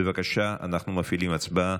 בבקשה, אנחנו מפעילים הצבעה.